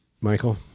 Michael